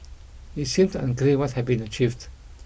it seemed unclear what had been achieved